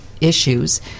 issues